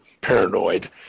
paranoid